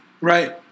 Right